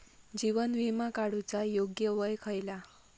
जीवन विमा काडूचा योग्य वय खयला?